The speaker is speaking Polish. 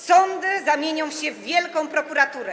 Sądy zamienią się w wielką prokuraturę.